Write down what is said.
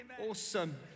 Awesome